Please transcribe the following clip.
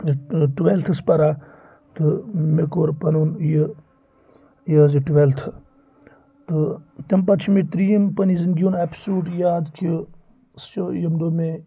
ٹُوٮ۪لتھَس پَران تہٕ مےٚ کوٚر پَنُن یہِ یہِ حظ یہِ ٹُوٮ۪لتھٕ تہٕ تَمہِ پَتہٕ چھِ مےٚ ترٛیِم پَنٛنہِ زِندگی ہُنٛد اپِسوڈ یاد کہِ سُہ چھُ ییٚمہِ دۄہ مےٚ